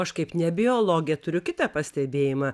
aš kaip ne biologė turiu kitą pastebėjimą